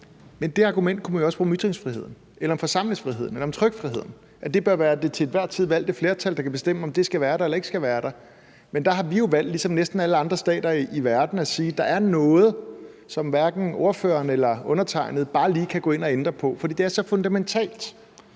Det argument kunne man jo også bruge om ytringsfriheden, om forsamlingsfriheden eller om trykkefriheden, altså at det bør være det til enhver tid valgte flertal, der kan bestemme, om det skal være der eller ikke skal være der. Men der har vi jo valgt ligesom næsten alle andre stater i verden at sige, at der er noget, som hverken ordføreren eller undertegnede bare lige kan gå ind at ændre på, fordi det er så fundamentalt